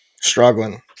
Struggling